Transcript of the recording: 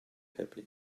happy